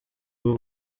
rwo